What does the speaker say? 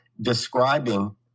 describing